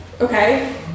Okay